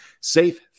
safe